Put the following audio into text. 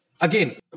Again